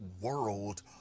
world